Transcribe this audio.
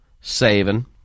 saving